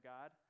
God